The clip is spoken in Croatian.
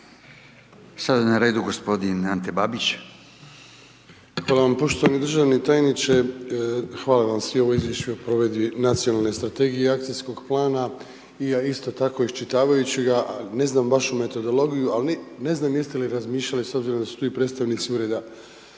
Ante Babić. **Babić, Ante (HDZ)** Hvala vam poštovani državni tajniče, hvala vam svima u izvješću o provedbi nacionalne strategije akcijskog plana i ja isto tako isčitavajući ga, ne znam baš u metodologiju, ali ne znam jeste li razmišljali s obzirom da su svi predstavnici ureda